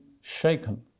shaken